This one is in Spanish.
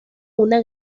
una